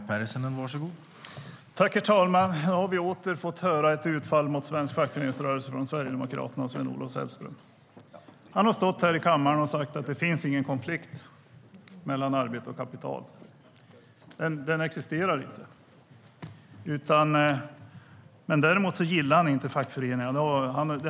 Herr talman! Nu har vi återigen fått höra ett utfall mot svensk fackföreningsrörelse från Sverigedemokraternas Sven-Olof Sällström. Han har sagt här i kammaren att det inte finns någon konflikt mellan arbete och kapital. Någon sådan existerar inte. Däremot gillar han inte fackföreningar.